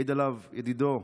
העיד עליו ידידו,